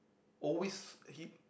always he